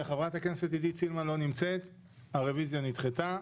ט"ז באב תשפ"א,